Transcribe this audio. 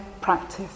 practice